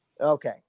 Okay